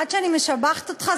עד שאני משבחת אותך,